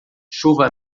chuva